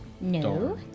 no